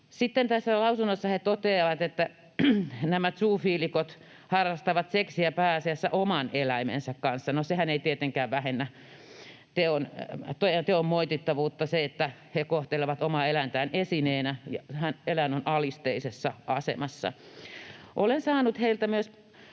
Sitten tässä lausunnossa he toteavat, että nämä zoofiilikot harrastavat seksiä pääasiassa oman eläimensä kanssa. No, sehän ei tietenkään vähennä teon moitittavuutta, että he kohtelevat omaa eläintään esineenä, eläin on alisteisessa asemassa. Olen saanut heiltä myös